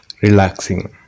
relaxing